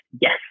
Yes